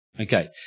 Okay